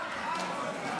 התשפ"ד 2024,